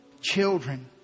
children